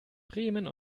bremen